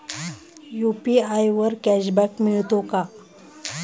UPI वर cashback मिळतो का?